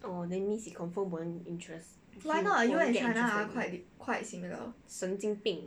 oh then means he confirm won't interest won't get interested in me 神经病